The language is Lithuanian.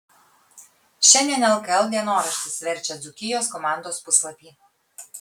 šiandien lkl dienoraštis verčia dzūkijos komandos puslapį